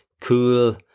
cool